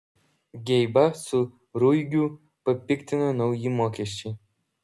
geibą su ruigiu papiktino nauji mokesčiai